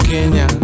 Kenya